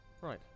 Right